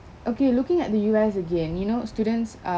okay looking at the U_S again you know students are